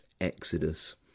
exodus